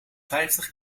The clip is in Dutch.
vijftig